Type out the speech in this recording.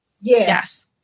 yes